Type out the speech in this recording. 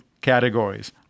categories